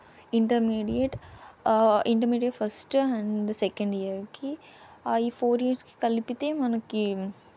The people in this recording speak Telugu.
intermediate intermediate first and second ఇయర్కి ఈ ఫోర్ ఇయర్స్కి కలిపితే మనకి